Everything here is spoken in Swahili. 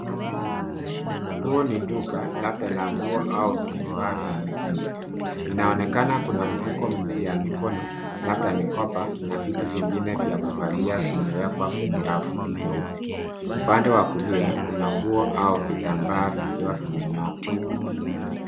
Huu ni duka labda la nguo au vifaa vya mtindo inaonekana kuna mifuko ya mikono labda mikoba na vitu vingine vya kuvalia vimewekwa kwenye rafu nyeupe. Upande wa kulia kuna nguo au vitambaa vikiwa vimenyookwa.